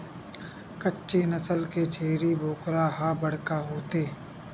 कच्छी नसल के छेरी बोकरा ह बड़का होथे